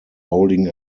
holding